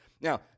Now